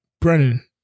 Brennan